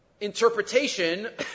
interpretation